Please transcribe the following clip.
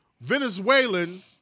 Venezuelan